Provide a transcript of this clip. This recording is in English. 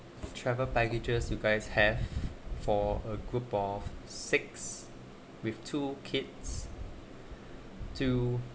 travel packages you guys have for a group of six with two kids to